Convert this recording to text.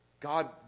God